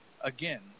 again